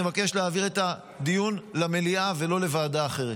אני מבקש להעביר את הדיון למליאה ולא לוועדה אחרת.